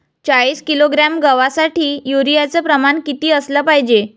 चाळीस किलोग्रॅम गवासाठी यूरिया च प्रमान किती असलं पायजे?